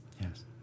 Yes